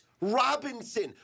Robinson